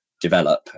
develop